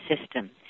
system